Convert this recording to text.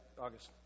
August